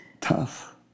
Tough